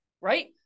Right